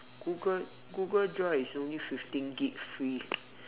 google google drive is only fifteen gig free